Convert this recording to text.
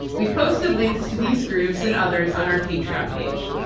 we've posted links to these groups and others on our patreon page.